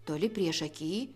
toli priešaky